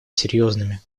серьезными